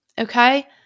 okay